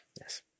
Yes